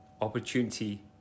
Opportunity